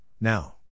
now